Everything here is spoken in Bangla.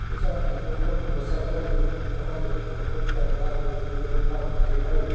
এছাড়া দীর্ঘক্ষণ বসার ফলেও আমাদের কতকটা গা ম্যাজম্যাজানি ভাব হতে পারে